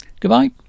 Goodbye